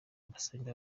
mbasabe